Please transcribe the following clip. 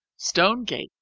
stone gate,